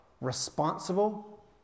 responsible